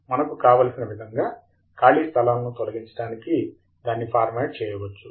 మనకు కావలసిన విధముగా ఖాళీ స్థలాలను తొలగించడానికి దాన్ని ఫార్మాట్ చేయవచ్చు